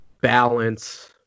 balance –